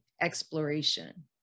exploration